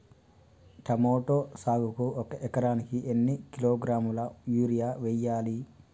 Tomato సాగుకు ఒక ఎకరానికి ఎన్ని కిలోగ్రాముల యూరియా వెయ్యాలి?